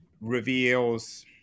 reveals